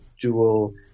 dual